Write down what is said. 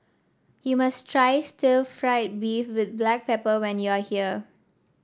you must try Stir Fried Beef with Black Pepper when you are here